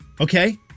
Okay